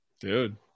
Dude